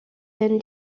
then